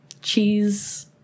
cheese